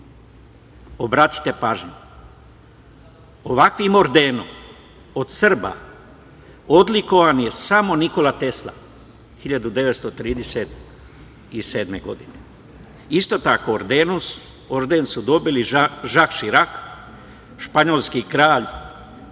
Češke. Obratite pažnju. Ovakvim ordenom, od Srba, odlikovan je samo Nikola Tesla 1937. godine. Isto tako, orden su dobili Žak Širak, španski kralj